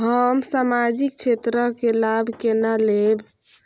हम सामाजिक क्षेत्र के लाभ केना लैब?